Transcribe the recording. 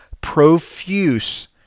Profuse